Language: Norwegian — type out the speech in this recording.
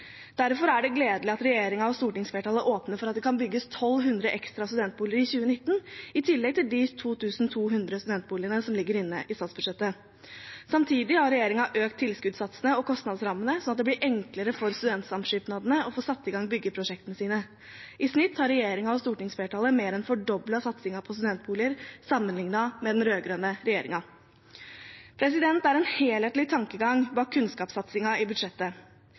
Derfor er det gledelig at regjeringen og stortingsflertallet åpner for at det kan bygges 1 200 ekstra studentboliger i 2019, i tillegg til de 2 200 studentboligene som ligger inne i statsbudsjettet. Samtidig har regjeringen økt tilskuddssatsene og kostnadsrammene, sånn at det blir enklere for studentsamskipnadene å få satt i gang byggeprosjektene sine. I snitt har regjeringen og stortingsflertallet mer en fordoblet satsingen på studentboliger sammenliknet med den rød-grønne regjeringen. Det er en helhetlig tankegang bak kunnskapssatsingen i budsjettet.